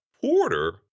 Porter